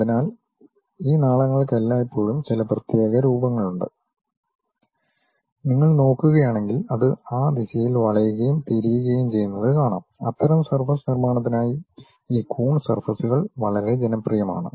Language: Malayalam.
അതിനാൽ ഈ നാളങ്ങൾക്ക് എല്ലായ്പ്പോഴും ചില പ്രത്യേക രൂപങ്ങളുണ്ട് നിങ്ങൾ നോക്കുകയാണെങ്കിൽ അത് ആ ദിശയിൽ വളയുകയും തിരിയുകയും ചെയ്യുന്നത് കാണാം അത്തരം സർഫസ് നിർമ്മാണത്തിനായി ഈ കൂൺസ് സർഫസ്കൾ വളരെ ജനപ്രിയമാണ്